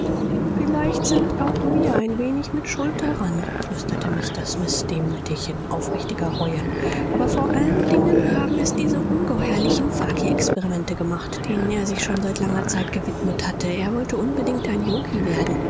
vielleicht sind auch wir ein wenig mit schuld daran flüsterte mr smith demütig in aufrichtiger reue aber vor allen dingen haben es diese ungeheuerlichen fakirexperimente gemacht denen er sich schon seit langer zeit gewidmet hatte er wollte unbedingt ein yoghi werden